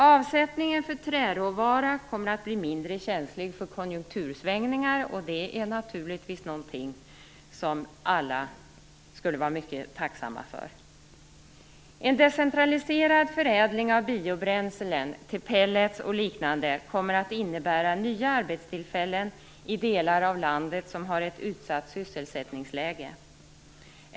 Avsättningen för träråvara kommer att bli mindre känslig för konjunktursvängningar. Det skulle alla naturligtvis vara mycket tacksamma för. En decentraliserad förädling av biobränslen till pellets och liknande kommer att innebära nya arbetstillfällen i de delar av landet som har ett utsatt sysselsättningsläge.